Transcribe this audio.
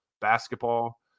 basketball